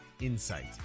Insight